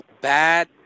bad